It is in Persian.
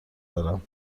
دارم